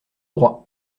droit